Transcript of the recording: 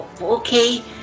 Okay